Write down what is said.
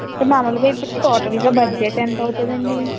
మామూలుగా ఇక్కడికి టోటల్గా బడ్జెట్ ఎంత అవుతుంది అండి